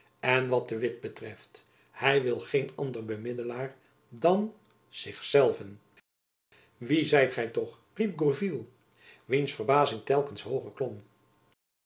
en wat de witt betreft hy wil geen ander bemiddelaar dan zich zelven wie zijt gy toch riep gourville wiens verbazing telkens hooger klom